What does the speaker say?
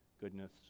goodness